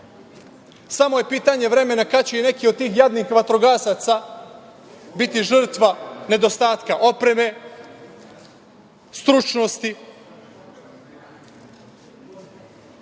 Samo je pitanje vremena kad će i neki od tih jadnih vatrogasaca biti žrtva nedostatka opreme, stručnosti. To